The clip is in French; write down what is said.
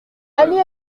allez